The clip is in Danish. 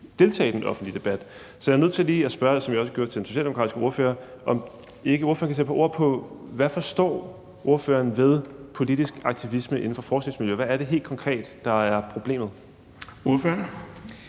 deltage i den offentlige debat. Så jeg er lige nødt til at spørge ordføreren, som jeg også gjorde til den socialdemokratiske ordfører, om ordføreren ikke kan sætte et par ord på, hvad ordføreren forstår ved politisk aktivisme inden for forskningsmiljøer. Hvad er det helt konkret, der er problemet? Kl.